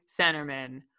centerman